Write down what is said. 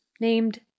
named